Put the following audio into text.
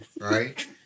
right